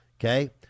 okay